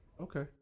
Okay